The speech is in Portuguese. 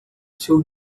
seu